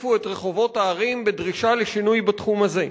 הציפו את רחובות הערים בדרישה לשינוי בתחום הזה.